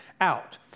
out